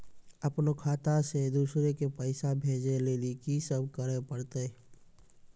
अपनो खाता से दूसरा के पैसा भेजै लेली की सब करे परतै?